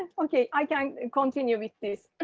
and ok? i can't continue with this.